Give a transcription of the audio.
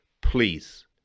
please